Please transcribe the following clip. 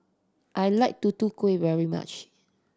I like Tutu Kueh very much